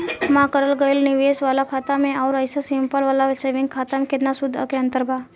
हमार करल गएल निवेश वाला खाता मे आउर ऐसे सिंपल वाला सेविंग खाता मे केतना सूद के अंतर बा?